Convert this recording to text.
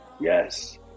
yes